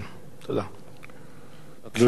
לצערי,